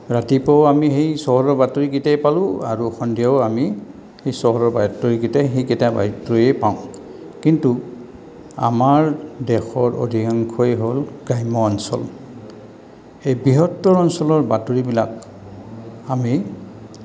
ৰাতিপুৱাও আমি সেই চহৰৰ বাতৰিকিটাই পালোঁ আৰু সন্ধিয়াও আমি সেই চহৰৰ বাতৰিকিটাই সেইকেইটা বাতৰিয়েই পাওঁ কিন্তু আমাৰ দেশৰ অধিকাংশই হ'ল গ্ৰাম্য অঞ্চল এই বৃহত্তৰ অঞ্চলৰ বাতৰিবিলাক আমি